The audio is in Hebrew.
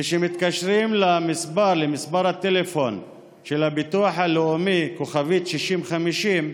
כשמתקשרים למספר הטלפון של הביטוח הלאומי, 6050*,